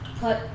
put